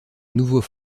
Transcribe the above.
nouveau